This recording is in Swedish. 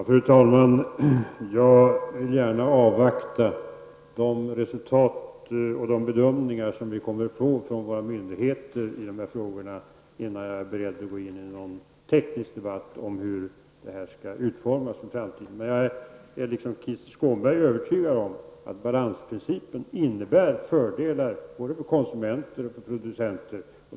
Fru talman! Jag vill gärna avvakta de resultat och de bedömningar som vi kommer att få från våra myndigheter i dessa frågor innan jag är beredd att gå in i en teknisk debatt om hur detta skall utformas i framtiden. Men jag är, liksom Krister Skånberg, övertygad om att balansprincipen innebär fördelar för både konsumenter och producenter.